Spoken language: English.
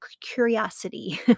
curiosity